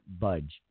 budge